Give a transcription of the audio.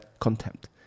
contempt